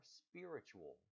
spiritual